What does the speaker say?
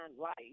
life